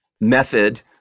method